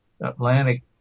Atlantic